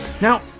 Now